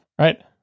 Right